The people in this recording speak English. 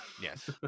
yes